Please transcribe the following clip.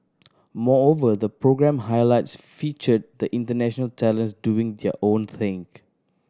moreover the programme highlights featured the international talents doing their own think